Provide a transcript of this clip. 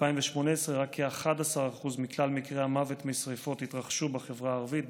ב-2018 רק כ-11% מכלל מקרי המוות משרפות התרחשו בחברה הערבית,